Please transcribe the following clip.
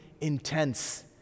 intense